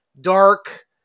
dark